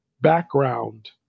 background